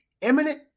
imminent